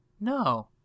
No